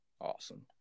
Awesome